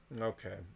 Okay